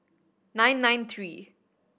nine nine three